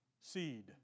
seed